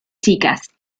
chicas